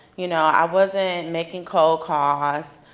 you know i wasn't making cold calls.